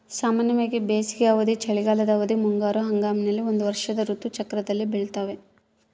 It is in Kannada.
ಸಾಮಾನ್ಯವಾಗಿ ಬೇಸಿಗೆ ಅವಧಿ, ಚಳಿಗಾಲದ ಅವಧಿ, ಮುಂಗಾರು ಹಂಗಾಮಿನಲ್ಲಿ ಒಂದು ವರ್ಷದ ಋತು ಚಕ್ರದಲ್ಲಿ ಬೆಳ್ತಾವ